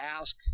ask